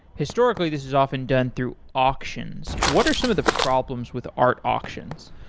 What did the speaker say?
historically, this is often done through auctions. what are some of the problems with art auctions?